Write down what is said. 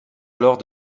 alors